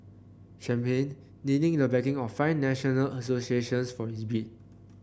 champagne needing the backing of five national associations for his bid